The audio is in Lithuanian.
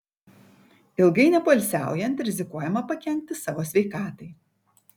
ilgai nepoilsiaujant rizikuojama pakenkti savo sveikatai